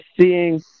seeing